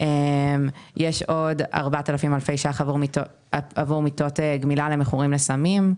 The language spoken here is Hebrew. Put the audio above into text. ₪ עבור מיטות גמילה למכורים לסמים.